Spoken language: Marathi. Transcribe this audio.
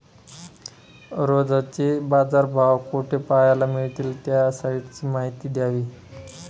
रोजचे बाजारभाव कोठे पहायला मिळतील? त्या साईटची माहिती द्यावी